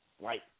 right